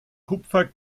kupfer